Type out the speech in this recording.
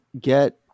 get